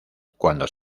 cuando